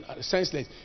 senseless